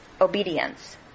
obedience